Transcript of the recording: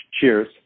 Cheers